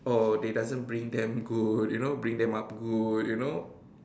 oh they doesn't bring them good you know bring them up good you know